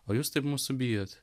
o jūs taip mūsų bijot